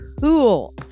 cool